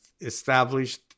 established